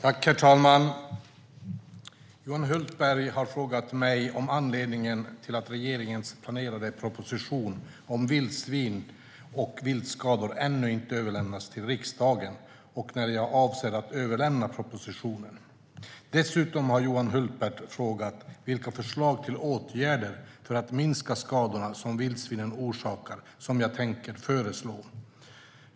Herr talman! Johan Hultberg har frågat mig om anledningen till att regeringens planerade proposition om vildsvin och viltskador ännu inte överlämnats till riksdagen och när jag avser att överlämna propositionen. Dessutom har Johan Hultberg frågat vilka förslag till åtgärder jag tänker föreslå för att minska skadorna som vildsvinen orsakar.